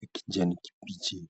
ya kijani kibichi.